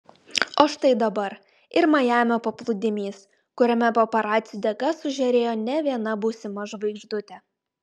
o štai dabar ir majamio paplūdimys kuriame paparacių dėka sužėrėjo ne viena būsima žvaigždutė